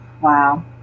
Wow